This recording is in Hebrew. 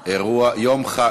וואי, זה אירוע, יום חג.